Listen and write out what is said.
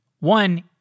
One